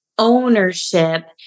ownership